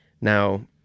now